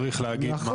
צריך להגיד מה מותר.